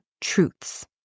truths